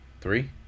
Three